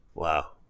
Wow